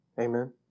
Amen